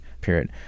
period